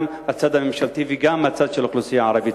גם הצד הממשלתי וגם הצד של האוכלוסייה הערבית?